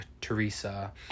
Teresa